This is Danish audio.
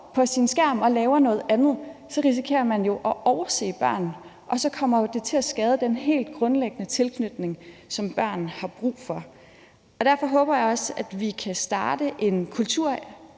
med sin skærm og laver noget andet, risikerer man jo at overse børnene, og så kommer det til at skade den helt grundlæggende tilknytning, som børn har brug for. Derfor håber jeg også, at vi kan starte en